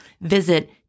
Visit